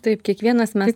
taip kiekvienas mes